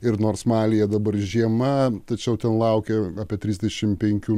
ir nors malyje dabar žiema tačiau ten laukia apie trisdešim penkių